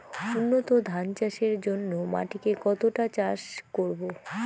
উন্নত ধান চাষের জন্য মাটিকে কতটা চাষ করব?